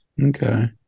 Okay